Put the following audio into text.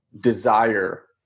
desire